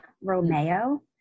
Romeo